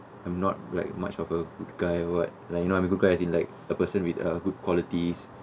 I'm not like much of a good guy or what like you know a good guy as in like a person with a good qualities